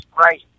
right